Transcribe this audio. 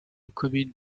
communes